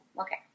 Okay